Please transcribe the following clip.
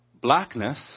blackness